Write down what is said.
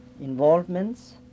involvements